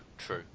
True